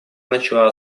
начала